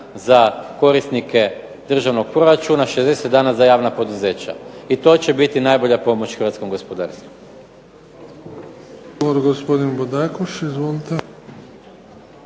za korisnike državnog proračuna, 60 dana za javna poduzeća. I to će biti najbolja pomoć hrvatskom gospodarstvu.